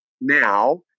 now